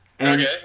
Okay